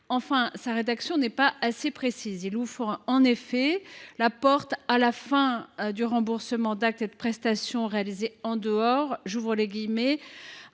sa rédaction n’est pas assez précise. Il ouvre en effet la porte à la fin du « remboursement d’actes et de prestations réalisés en dehors des indications